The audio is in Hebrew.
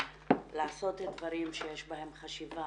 לעשות דברים שיש בהם חשיבה